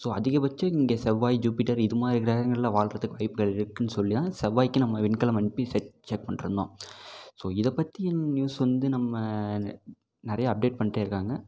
so அதிகபட்சம் இங்கே செவ்வாய் ஜூபிட்டர் இதுமாதிரி கிரகங்களில் வாழ்கிறதுக்கு வாய்ப்புகள் இருக்குதுன்னு சொல்லி தான் செவ்வாய்க்கு நம்ம விண்கலம் அனுப்பி செ செக் பண்ணிட்ருந்தோம் ஸோ இதை பற்றி நியூஸ் வந்து நம்ம நெ நிறையா அப்டேட் பண்ணிட்டே இருக்காங்க